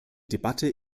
debatte